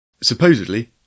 supposedly